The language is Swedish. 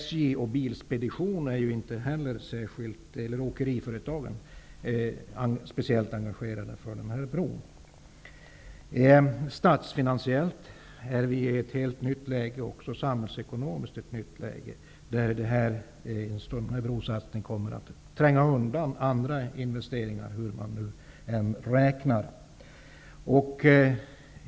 SJ och åkeriföretagen är ju inte heller särskilt engagerade i den här bron. Statsfinansiellt och också samhällsekonomiskt är vi i ett helt nytt läge. Den stundande brosatsningen kommer att tränga undan andra investeringar hur man än räknar.